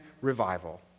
revival